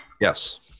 Yes